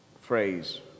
phrase